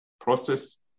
process